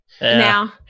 Now